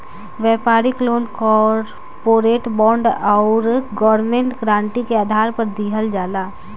व्यापारिक loan corporate bond आउर government guarantee के आधार पर दिहल जाला